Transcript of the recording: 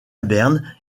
berne